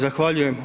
Zahvaljujem.